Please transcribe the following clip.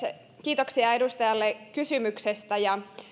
kiitoksia edustajalle kysymyksestä